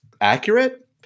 accurate